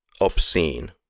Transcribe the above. obscene